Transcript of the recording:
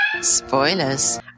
Spoilers